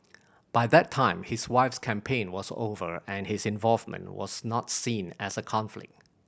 by that time his wife's campaign was over and his involvement was not seen as a conflict